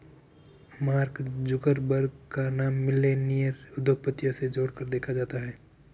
mark Zuckerberg का नाम millennial उद्यमिता से जोड़कर देखा जाता है